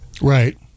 Right